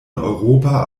europa